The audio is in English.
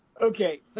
Okay